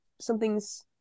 Something's